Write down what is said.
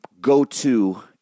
go-to